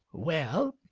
well.